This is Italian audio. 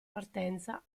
partenza